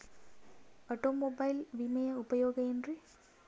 Automobile ವಿಮೆಯ ಉಪಯೋಗ ಏನ್ರೀ?